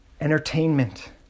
entertainment